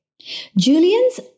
Julian's